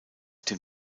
dem